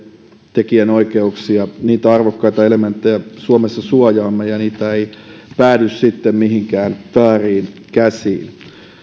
tekijänoikeuksia niitä arvokkaita elementtejä suomessa ja niitä ei sitten päädy mihinkään vääriin käsiin